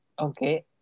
Okay